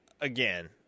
Again